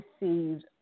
received